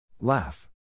Laugh